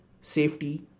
safety